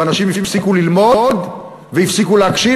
ואנשים הפסיקו ללמוד והפסיקו להקשיב.